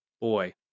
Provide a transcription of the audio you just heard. Boy